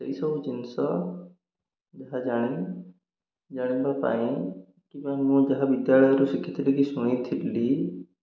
ସେଇସବୁ ଜିନିଷ ଯାହା ଜାଣି ଜାଣିବା ପାଇଁ କିମ୍ବା ମୁଁ ଯାହା ବିଦ୍ୟାଳୟରୁ ଶିଖିଥିଲି କି ଶୁଣିଥିଲି